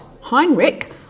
Heinrich